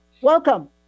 welcome